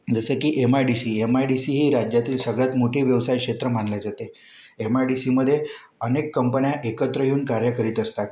जसे की M I D C M I D C हे राज्यातील सगळ्यात मोठे व्यवसाय क्षेत्र मानल्या जाते एम आय डी सीमध्ये अनेक कंपन्या एकत्र येऊन कार्य करीत असतात